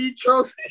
trophy